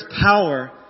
power